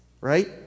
Right